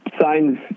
Signs